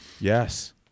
Yes